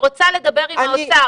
אני רוצה לדבר עם האוצר.